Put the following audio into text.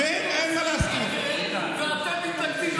ואתם מתנגדים,